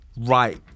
right